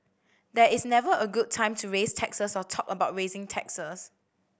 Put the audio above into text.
there is never a good time to raise taxes or talk about raising taxes